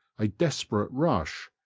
a desperate rush,